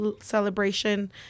celebration